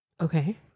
Okay